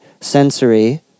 sensory